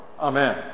Amen